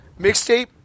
Mixtape